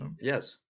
Yes